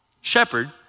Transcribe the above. shepherd